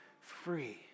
free